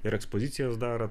ir ekspozicijos dar